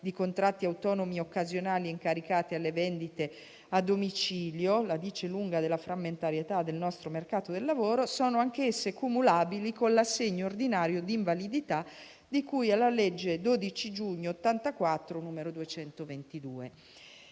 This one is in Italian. di contratti autonomi occasionali incaricati alle vendite a domicilio (questo la dice lunga della frammentarietà del nostro mercato del lavoro), sono anch'esse cumulabili con l'assegno ordinario di invalidità di cui alla legge 12 giugno 1984, n. 222.